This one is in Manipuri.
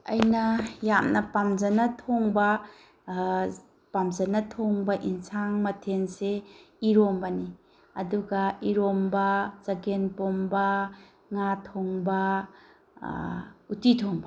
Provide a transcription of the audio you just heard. ꯑꯩꯅ ꯌꯥꯝꯅ ꯄꯥꯝꯖꯅ ꯊꯣꯡꯕ ꯄꯥꯝꯖꯅ ꯊꯣꯡꯕ ꯑꯦꯟꯁꯥꯡ ꯃꯊꯦꯜꯁꯦ ꯏꯔꯣꯝꯕꯅꯤ ꯑꯗꯨꯒ ꯏꯔꯣꯝꯕ ꯆꯒꯦꯝꯄꯣꯝꯕ ꯉꯥ ꯊꯣꯡꯕ ꯎꯇꯤ ꯊꯣꯡꯕ